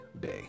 day